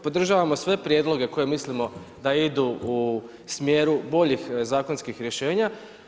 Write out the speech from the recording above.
Podržavamo sve prijedloge koje mislimo da idu u smjeru boljih zakonskih rješenja.